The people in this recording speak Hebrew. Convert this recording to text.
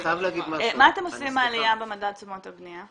ומה אתם עושים עם העלייה במדד תשומות הבנייה?